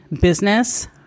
business